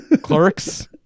Clerks